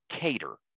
cater